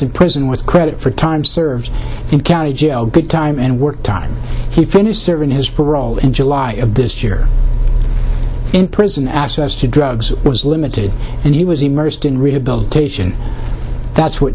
in prison with credit for time served in county jail good time and work time he finished serving his parole in july of this year in prison access to drugs was limited and he was immersed in rehabilitation that's what